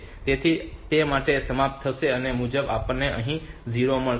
તેથી આ તે સાથે સમાપ્ત થશે અને તે મુજબ આપણને અહીં 0 મળશે